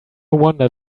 wonder